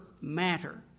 matter